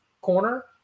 corner